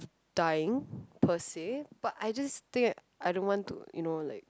dying per se but I just think I don't want to you know like